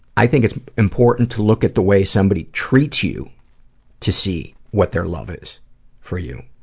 i think it's important to look at the way somebody treats you to see what their love is for you.